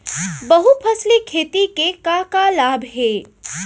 बहुफसली खेती के का का लाभ हे?